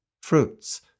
fruits